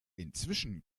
inzwischen